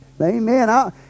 Amen